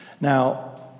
Now